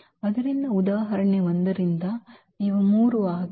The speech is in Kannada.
ಆದ್ದರಿಂದ ಉದಾಹರಣೆ 1 ರಿಂದ ಇವು ಮೂರು ವಾಹಕಗಳು